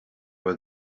were